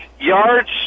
yards